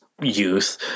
youth